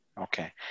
Okay